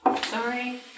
Sorry